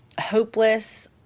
hopeless